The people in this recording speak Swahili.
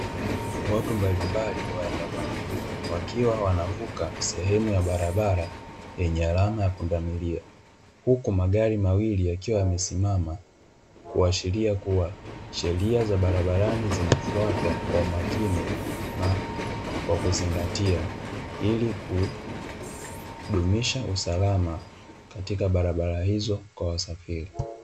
Watu mbalimbali waenda kwa miguu wakiwa wanavuka sehemu ya barabara yenye alama ya pundamilia huku magari mawili yakiwa yamesimama, kuashiria kuwa sheria za barabarani zinafuatwa kwa umakini na kwa kuzingatia, ili kudumisha usalama katika barabara hizo kwa wasafiri.